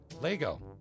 Lego